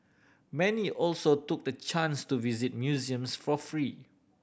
many also took the chance to visit museums for free